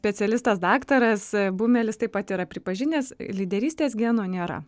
specialistas daktaras bumelis taip pat yra pripažinęs lyderystės geno nėra